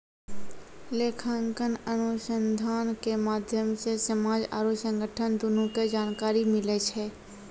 लेखांकन अनुसन्धान के माध्यम से समाज आरु संगठन दुनू के जानकारी मिलै छै